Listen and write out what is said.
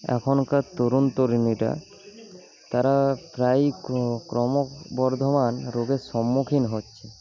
এখনকার তরুণ তরুণীরা তারা প্রায় ক্রম বর্ধমান রোগের সম্মুখীন হচ্ছে